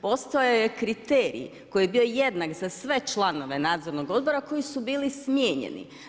Postoje kriteriji koji je bio jednak za sve članove nadzornog odbora, koji su bili smijenjeni.